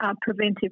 preventive